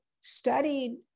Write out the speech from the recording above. studied